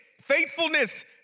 faithfulness